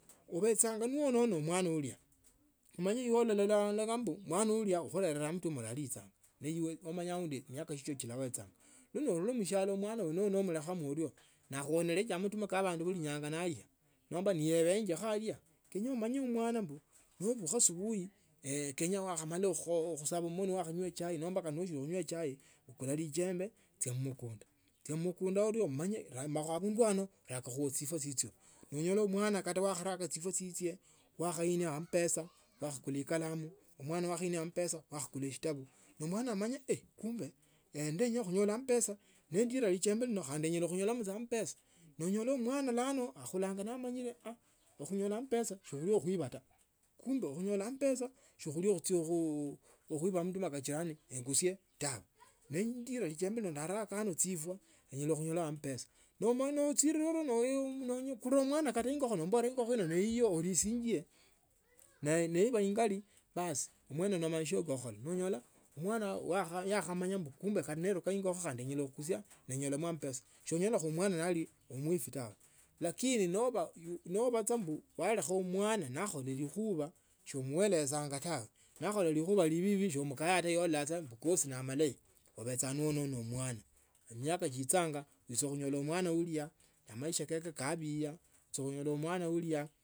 Obechanga noononia omwana ulya emanyi ibe ulalota mbu wanailya akhurele amatuma uuchaluchanga ne ibe umanye chimiaka chichwa chilawechanga onuru mushialo mwana mwene namulekha ario nakhonela maxima kabene mulinyanga nomba naebekho alya kenya umanye mwana mbu nobukha asubuhi kenya usage mmoni kabla ya khunywa chai nomba kata nosili khunywa chai bukula lijembe. Chia mmukunda chia mmukunda urio umanye ulimakho abundu ano rakao chifwa chichwo nongola mwana yakharaka chifwa chichye wakhaniako amapesa yakhakula eshitabu ne omwana amanye kumbe ndenyile khunyola amapesa nendila lijembe lino khano nyala khunyolamwo amapesa. Nonyola mwana akhula bulano one amanyile khunyula amapesa si khuli khuiba taa kumbe khunyola amapesa si khuli khuchia khuiba amatuma ka jirani taa engusie tawe nendula lijembe lino ndaraka ano chifwa niyala khuonyolana amapesa onyola omwana achirire anyone nokusira omwana ingokho nomubola ingokho ino ne iyo ulisie ne neba ingali basi mwene ne masha ko khola nonyola mwana yakhamanya mbu kumbe kata neruda ingokho nyala khukusia nenyola mo ambesa seonyala khunyola omwana ne ali muifi ta lakini noba mbu walekha omwana nakhola lukhuwa soumelezanga tawe nakhole likhuwa libi se omukayanga tawe iibe olalanga khuli kesi ne amalayo obecha noonenia omwana. msaka chichanga wicha khunyola mwana ulia amaisha like kabiya ulicha khunyola mwa ulia.